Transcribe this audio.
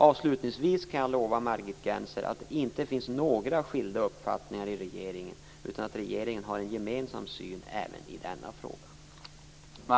Avslutningsvis kan jag lova Margit Gennser att det inte finns några skilda uppfattningar i regeringen utan att regeringen har en gemensam syn även i denna fråga.